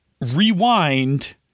rewind